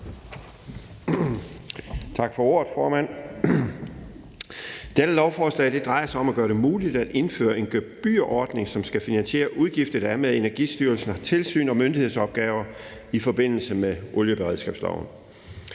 Tak for ordet, formand. Dette lovforslag drejer sig om at gøre det muligt at indføre en gebyrordning, som skal finansiere udgifter, der er med Energistyrelsens tilsyn- og myndighedsopgaver i forbindelse med olieberedskabsloven.